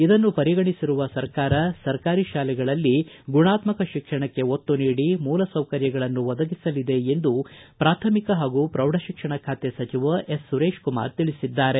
ಇದನ್ನು ಪರಿಗಣಿಸಿರುವ ಸರ್ಕಾರ ಸರ್ಕಾರಿ ಶಾಲೆಗಳಲ್ಲಿ ಗುಣಾತ್ತಕ ಶಿಕ್ಷಣಕ್ಕೆ ಒತ್ತು ನೀಡಿ ಮೂಲಸೌಕರ್ಯಗಳನ್ನು ಒದಗಿಸಲಿದೆ ಎಂದು ಪ್ರಾಥಮಿಕ ಹಾಗೂ ಪ್ರೌಢಶಿಕ್ಷಣ ಖಾತೆ ಸಚಿವ ಎಸ್ ಸುರೇಶ್ಕುಮಾರ್ ತಿಳಿಸಿದ್ದಾರೆ